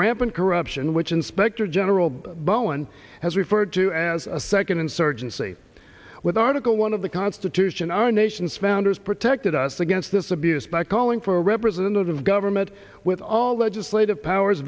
rampant corruption which inspector general bowen has referred to as a second insurgency with article one of the constitution our nation's founders protected us against this abuse by calling for a representative government with all legislative powers